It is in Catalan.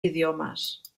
idiomes